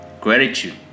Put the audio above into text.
gratitude